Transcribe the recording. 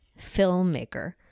filmmaker